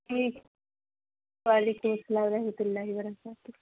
ٹھیک ہے وعلیکم السلام و رحمتہ اللہ و برکاتہ